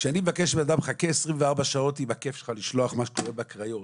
כשאני מבקש מאדם: חכה 24 שעות עם הכיף שלך לשלוח מה שקורה בקריות,